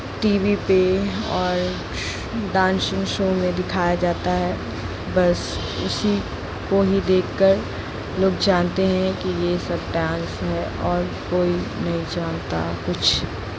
T V पर ओर dancing show में दिखाया जाता है बस उसी को ही देखकर लोग जानते हैं कि ये सब डांस हैं और कोई नहीं जानता कुछ